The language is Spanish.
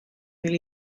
del